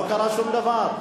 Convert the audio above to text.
לא קרה שום דבר.